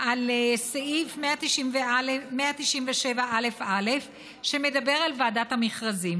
על סעיף 197א(א), שמדבר על ועדת המכרזים.